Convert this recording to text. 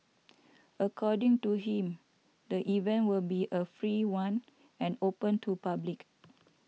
according to him the event will be a free one and open to public